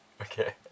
okay